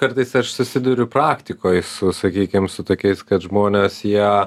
kartais aš susiduriu praktikoj su sakykim su tokiais kad žmonės jie